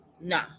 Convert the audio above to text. no